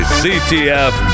ctf